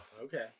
Okay